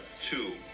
two